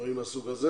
דברים מהסוג הזה.